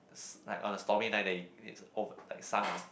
s~ like on a stormy night that it is over~ like sunk ah